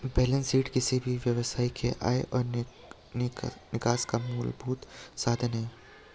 balance sheet किसी भी व्यवसाय के आय और निकास का मूलभूत साधन है